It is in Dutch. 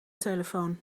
telefoon